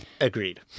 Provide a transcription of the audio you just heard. agreed